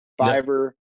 Fiverr